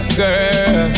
girl